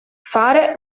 fare